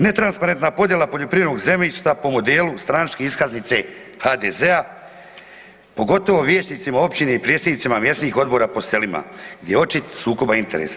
Netransparentna podjela poljoprivrednog zemljišta po modelu stranačke iskaznice HDZ-a pogotovo vijećnicima općine i predsjednicima mjesnih odbora po selima gdje je očit sukob interesa.